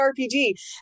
RPG